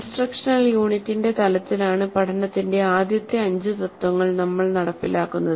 instructional യൂണിറ്റിന്റെ തലത്തിലാണ് പഠനത്തിന്റെ ആദ്യത്തെ അഞ്ച് തത്ത്വങ്ങൾ നമ്മൾ നടപ്പിലാക്കുന്നത്